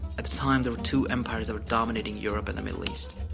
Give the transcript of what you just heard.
at the time, there were two empire so dominating europe and the middle east